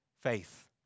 Faith